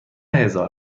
هزار